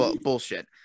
bullshit